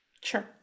Sure